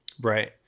Right